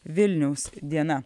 vilniaus diena